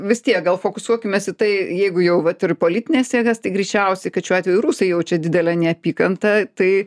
vis tiek gal fokusuokimės į tai jeigu jau vat ir politines jėgas tai greičiausiai kad šiuo atveju rusai jaučia didelę neapykantą tai